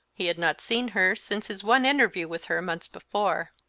he had not seen her since his one interview with her months before.